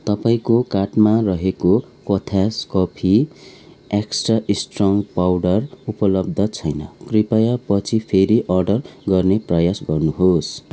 तपाईँको कार्टमा रहेको Kothas coffee extra strong powder उपलब्ध छैन कृपया पछि फेरि अर्डर गर्ने प्रयास गर्नुहोस्